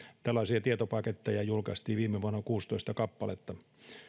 tällaisia tietopaketteja julkaistiin viime vuonna kuusitoista kappaletta